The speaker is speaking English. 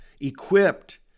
equipped